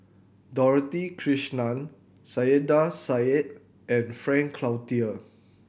Dorothy Krishnan Saiedah Said and Frank Cloutier